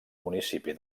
municipi